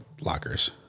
lockers